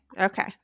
Okay